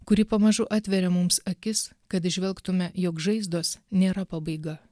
kuri pamažu atveria mums akis kad įžvelgtume jog žaizdos nėra pabaiga